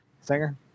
Singer